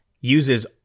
uses